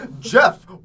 Jeff